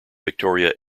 victoria